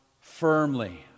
firmly